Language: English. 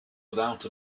without